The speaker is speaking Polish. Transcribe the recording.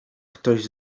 ktoś